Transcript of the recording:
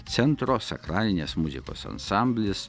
centro sakralinės muzikos ansamblis